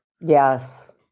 Yes